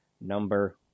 number